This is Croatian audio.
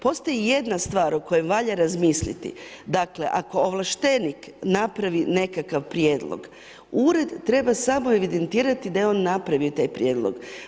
Postoji jedna stvar o kojoj valja razmisliti, dakle, ako ovlaštenik, napravi nekakav prijedlog, ured treba samo evidentirati, da je on napravio taj prijedlog.